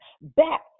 back